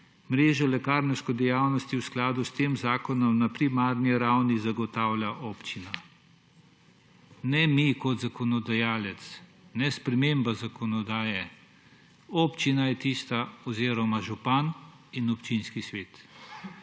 »Mreža lekarniške dejavnosti v skladu s tem zakonom na primarni ravni zagotavlja občina.« Ne mi kot zakonodajalec, ne sprememba zakonodaje, občina je tista oziroma župan in občinski svet.